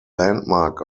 landmark